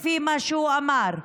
לפי מה שהוא אמר.